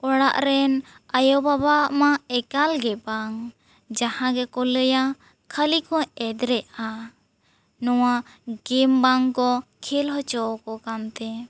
ᱚᱲᱟᱜ ᱨᱮᱱ ᱟᱭᱳ ᱵᱟᱵᱟᱣᱟᱜ ᱢᱟ ᱮᱠᱟᱞ ᱜᱮ ᱵᱟᱝ ᱢᱟᱦᱟᱸ ᱜᱮᱠᱚ ᱞᱟᱹᱭᱟ ᱠᱷᱟᱹᱞᱤ ᱠᱚ ᱮᱫᱽᱨᱮᱜᱼᱟ ᱱᱚᱣᱟ ᱜᱮᱢ ᱵᱟᱝ ᱠᱚ ᱠᱷᱮᱞ ᱚᱪᱚᱣᱟᱭ ᱠᱟᱱ ᱛᱮ